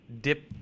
dip